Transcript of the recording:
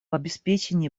обеспечении